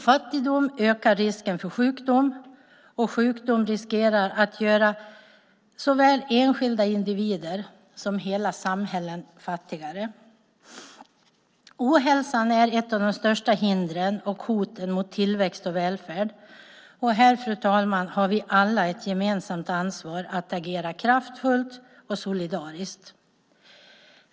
Fattigdom ökar risken för sjukdom, och sjukdom riskerar att göra såväl enskilda individer som hela samhällen fattigare. Ohälsan är ett av de största hindren och hoten mot tillväxt och välfärd. Här har vi alla ett gemensamt ansvar att agera kraftfullt och solidariskt.